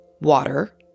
water